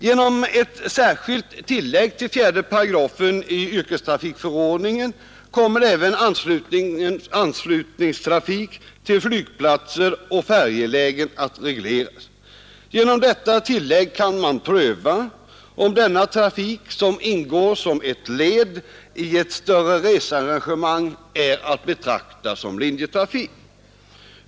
Genom ett särskilt tillägg till 4 § yrkestrafikförordningen kommer även anslutningstrafik till flygplatser och färjelägen att regleras. Genom detta tillägg kan man pröva om sådan trafik, som ingår som ett led i ett större researrangemang, är att betrakta som linjetrafik.